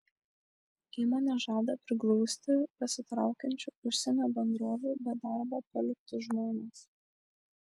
įmonė žada priglausti pasitraukiančių užsienio bendrovių be darbo paliktus žmones